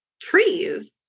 trees